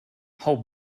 hau